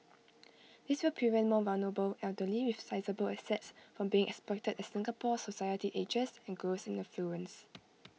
this will prevent more vulnerable elderly with sizeable assets from being exploited as Singapore society ages and grows in affluence